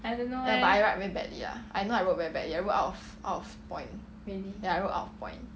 but I write very badly lah I know I wrote very badly I wrote out of out of point ya I wrote out of point